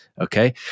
Okay